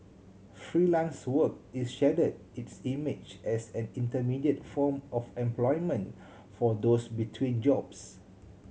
Freelance Work is shedding its image as an intermediate form of employment for those between jobs